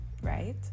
right